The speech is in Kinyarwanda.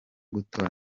gutora